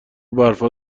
برفا